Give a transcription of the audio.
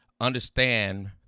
understand